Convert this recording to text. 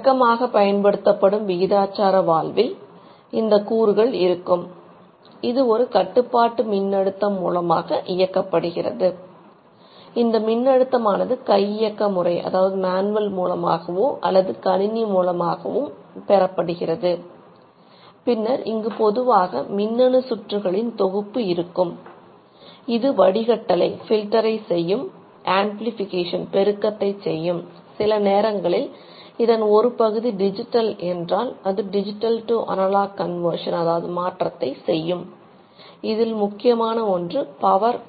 வழக்கமாக பயன்படுத்தப்படும் விகிதாச்சார வால்வில்